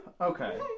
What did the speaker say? Okay